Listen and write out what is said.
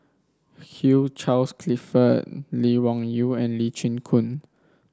Hugh Charles Clifford Lee Wung Yew and Lee Chin Koon